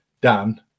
dan